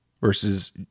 versus